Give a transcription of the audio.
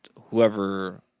whoever